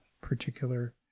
particular